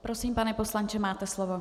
Prosím, pane poslanče, máte slovo.